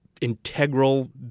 integral